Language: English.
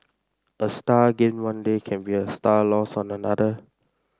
a star gained one day can be a star lost on another